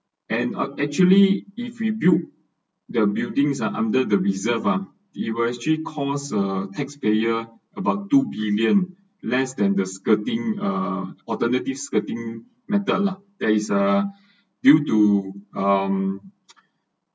and uh actually if you built the buildings are under the reserved uh it will actually cost uh taxpayer about two billion less than the skirting uh alternative skirting method lah that’s is uh due to um